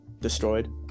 destroyed